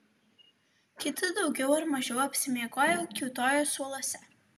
kiti daugiau ar mažiau apsimiegoję kiūtojo suoluose